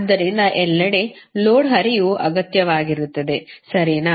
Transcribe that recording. ಆದ್ದರಿಂದ ಎಲ್ಲೆಡೆ ಲೋಡ್ ಹರಿವು ಅಗತ್ಯವಾಗಿರುತ್ತದೆ ಸರಿನಾ